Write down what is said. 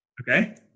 Okay